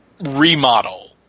remodel